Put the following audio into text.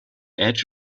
edge